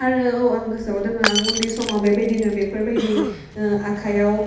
आरो औ आं गोसोआव दोङो आं उन्दै समाव बेबायदिनो बेफोरबायदि ओह आखाइयाव